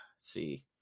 see